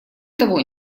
того